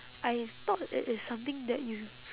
I thought that it's something that you